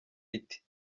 iti